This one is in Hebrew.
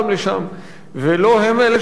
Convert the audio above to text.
ולא הם אלה שצריכים לשלם את המחיר,